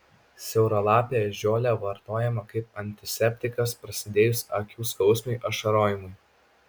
siauralapė ežiuolė vartojama kaip antiseptikas prasidėjus akių skausmui ašarojimui